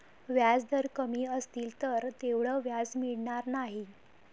व्याजदर कमी असतील तर तेवढं व्याज मिळणार नाही